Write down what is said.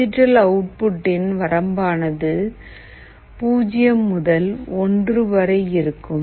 digital அவுட்புட்டின் வரம்பானது 0 முதல் 1 வரை இருக்கும்